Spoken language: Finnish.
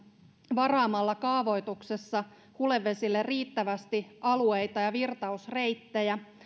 varaamalla kaavoituksessa hulevesille riittävästi alueita ja virtausreittejä